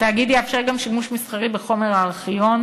התאגיד יאפשר גם שימוש מסחרי בחומר הארכיון,